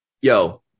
yo